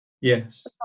Yes